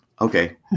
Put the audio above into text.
Okay